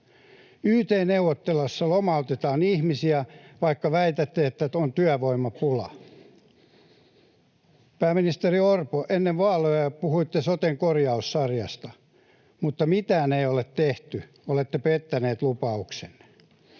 Yt-neuvotteluissa lomautetaan ihmisiä, vaikka väitätte, että on työvoimapula. Pääministeri Orpo, ennen vaaleja puhuitte soten korjaussarjasta, mutta mitään ei ole tehty. Olette pettänyt lupauksenne.